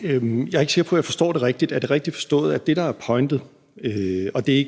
Jeg er ikke sikker på, at jeg forstår det rigtigt. Er det rigtigt forstået, at det, der er pointen – og det